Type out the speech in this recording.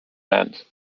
band